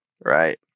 right